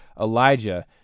Elijah